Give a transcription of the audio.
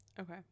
Okay